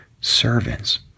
servants